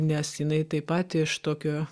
nes jinai taip pat iš tokio